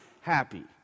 happy